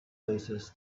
places